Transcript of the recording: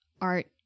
art